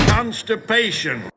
Constipation